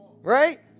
Right